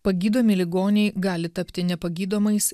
pagydomi ligoniai gali tapti nepagydomais